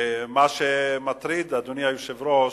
מה שמטריד, אדוני היושב-ראש,